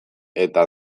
eta